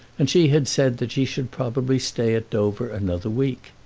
and she had said that she should probably stay at dover another week.